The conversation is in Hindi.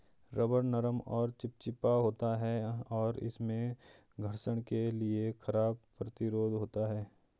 रबर नरम और चिपचिपा होता है, और इसमें घर्षण के लिए खराब प्रतिरोध होता है